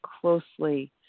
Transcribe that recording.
closely